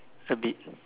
a bit